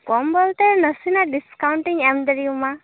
ᱠᱚᱢ ᱵᱚᱞᱛᱮ ᱱᱟᱥᱮᱱᱟᱜ ᱰᱤᱥᱠᱟᱣᱩᱱᱴᱤᱧ ᱮᱢ ᱫᱟᱲᱮᱣᱟᱢᱟ